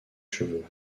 cheveux